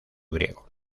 griego